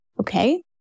Okay